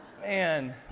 Man